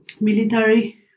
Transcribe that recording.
military